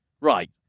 Right